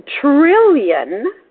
trillion